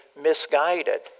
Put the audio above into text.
misguided